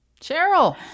Cheryl